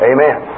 Amen